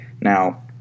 Now